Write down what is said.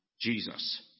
Jesus